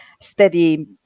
steady